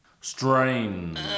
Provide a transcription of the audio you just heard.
Strain